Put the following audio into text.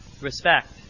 respect